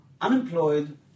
unemployed